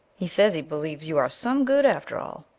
he says he believes you are some good after all,